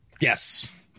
Yes